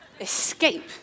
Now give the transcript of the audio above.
Escape